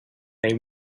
they